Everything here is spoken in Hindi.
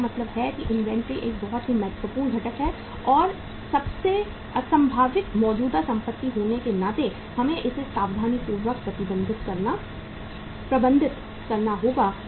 तो इसका मतलब है कि इन्वेंट्री एक बहुत ही महत्वपूर्ण घटक है और सबसे अस्वाभाविक मौजूदा संपत्ति होने के नाते हमें इसे सावधानीपूर्वक प्रबंधित करना होगा